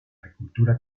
agricultura